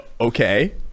Okay